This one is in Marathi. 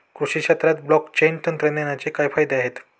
कृषी क्षेत्रात ब्लॉकचेन तंत्रज्ञानाचे काय फायदे आहेत?